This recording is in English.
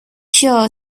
sure